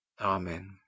Amen